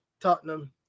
Tottenham